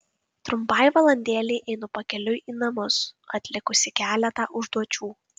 trumpai valandėlei einu pakeliui į namus atlikusi keletą užduočių